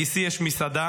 לגיסי יש מסעדה.